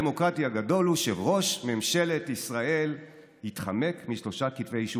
הדמוקרטי הגדול הוא שראש ממשלת ישראל יתחמק משלושה כתבי אישום.